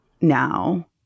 now